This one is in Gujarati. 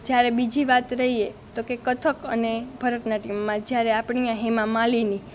જ્યારે બીજી વાત લઈએ તો કે કથક અને ભરત નાટ્યમમાં જ્યારે આપણે અહીંયા હેમા માલિની